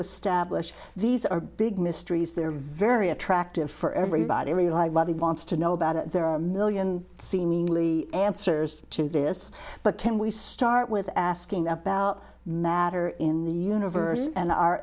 establish these are big mysteries they're very attractive for everybody every like he wants to know about it there are a million seemingly answers to this but can we start with asking about matter in the universe and our